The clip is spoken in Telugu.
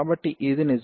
కాబట్టి ఇది నిజం